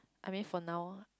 I mean for now